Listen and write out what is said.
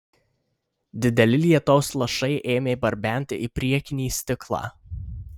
dideli lietaus lašai ėmė barbenti į priekinį stiklą